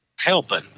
Helping